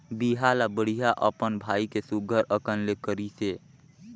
बिहा ल बड़िहा अपन भाई के सुग्घर अकन ले करिसे